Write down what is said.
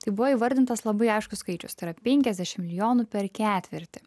tai buvo įvardintas labai aiškus skaičius tai yra penkiasdešim milijonų per ketvirtį